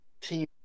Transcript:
Team